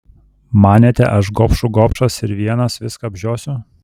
manėte aš gobšų gobšas ir vienas viską apžiosiu